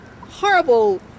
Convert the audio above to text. horrible